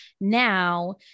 now